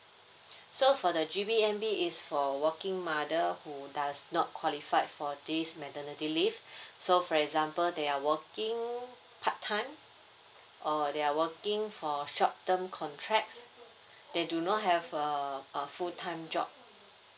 so for the G_P_M_B is for working mother who does not qualified for this maternity leave so for example they are working part time or they are working for short term contracts they do not have a uh full time job